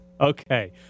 Okay